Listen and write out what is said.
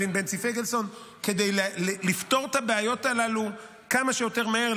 בנצי פיגלסון כדי לפתור את הבעיות הללו כמה שיותר מהר,